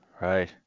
Right